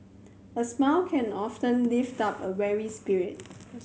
a smile can often lift up a weary spirit